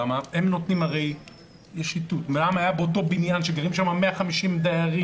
הרי יש איתות אם אדם היה באותו בניין שבו גרים 150 דיירים,